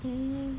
mm